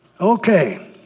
Okay